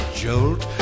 jolt